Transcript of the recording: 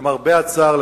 למרבה הצער,